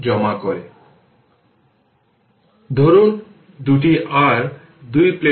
সুতরাং এটি ওপেন এবং এই 10 Ω রেজিস্টেন্স এর মধ্য দিয়ে প্রবাহিত হচ্ছে না কারণ এটি ওপেন সার্কিট